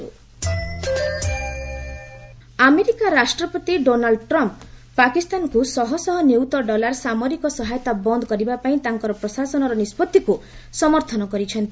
US Trump Pak America ରାଷ୍ଟ୍ରପତି Donald Trump ପାକିସ୍ତାନକୁ ଶହ ଶହ ନିୟୁତ ଡଲାର ସାମରିକ ସହାୟତା ବନ୍ଦ୍ କରିବାପାଇଁ ତାଙ୍କ ପ୍ରଶାସନର ନିଷ୍ପତ୍ତିକୁ ସମର୍ଥନ କରିଛନ୍ତି